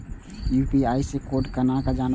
UPI से code केना जानवै?